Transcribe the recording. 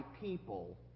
people